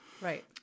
right